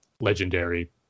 legendary